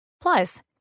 Plus